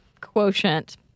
quotient